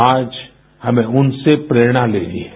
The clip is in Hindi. आज हमें उनसे प्रेरणा लेनी है